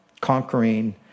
conquering